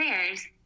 prayers